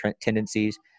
tendencies